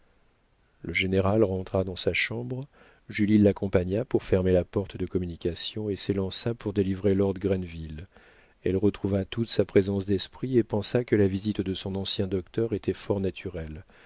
le général rentra dans sa chambre julie l'accompagna pour fermer la porte de communication et s'élança pour délivrer lord grenville elle retrouva toute sa présence d'esprit et pensa que la visite de son ancien docteur était fort naturelle